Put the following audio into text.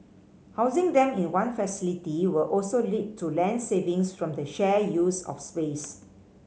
housing them in one facility will also lead to land savings from the shared use of space